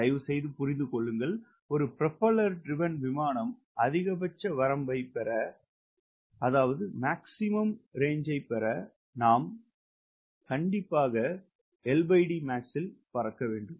தயவுசெய்து புரிந்து கொள்ளுங்கள் ஒரு பிரோபிஎல்லர் திரிவேன் விமானம் அதிகபட்ச வரம்பைப் பெற நாம் அதிகபட்சம் LDmax இல் பறக்க வேண்டும்